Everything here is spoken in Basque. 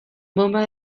bonba